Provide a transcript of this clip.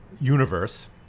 universe